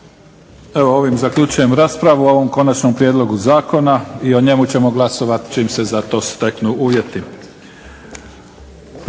Evo ovim zaključujem raspravu o ovom konačnom prijedlogu zakona i o njemu ćemo glasovati čim se za to steknu uvjeti.